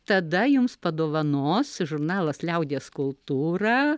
tada jums padovanos žurnalas liaudies kultūra